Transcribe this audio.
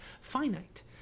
finite